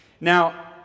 Now